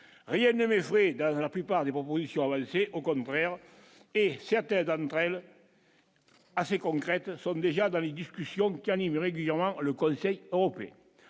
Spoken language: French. Rihanna mais oui, dans la plupart des propositions valser, au contraire, et certains d'entre elles assez concrètes sont déjà dans les discussions qui animent régulièrement le Conseil européen